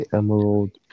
emerald